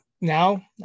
now